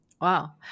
Wow